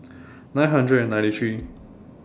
nine hundred and ninety three